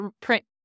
Print